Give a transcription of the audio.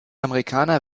amerikaner